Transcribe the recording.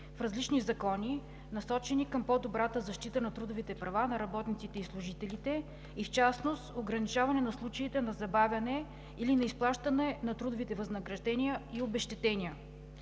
в различни закони, насочени към по-добрата защита на трудовите права на работниците и служителите, и в частност ограничаване на случаите на забавяне или неизплащане на трудовите възнаграждения и обезщетения.